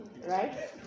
right